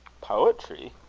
poetry?